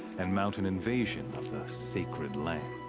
and mount an invasion of the sacred land.